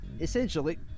essentially